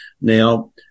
Now